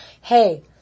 hey